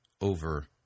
over